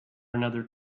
another